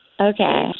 Okay